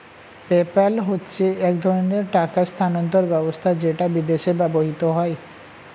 PayPal হচ্ছে এক ধরণের টাকা স্থানান্তর ব্যবস্থা যেটা বিদেশে ব্যবহৃত হয়